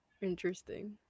interesting